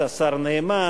השר נאמן,